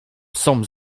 psom